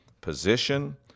position